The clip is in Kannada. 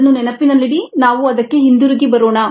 ಅದನ್ನು ನೆನಪಿನಲ್ಲಿಡಿ ನಾವು ಅದಕ್ಕೆ ಹಿಂತಿರುಗಿ ಬರೋಣ